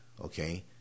Okay